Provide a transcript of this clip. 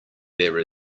there